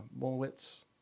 Molwitz